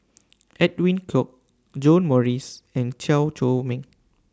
Edwin Koek John Morrice and Chew Chor Meng